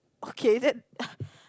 okay then